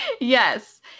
Yes